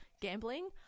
gambling